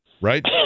right